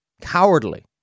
cowardly